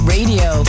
Radio